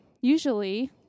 usually